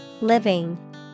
Living